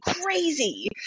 Crazy